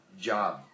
job